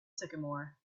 sycamore